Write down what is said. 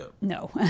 No